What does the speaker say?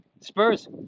Spurs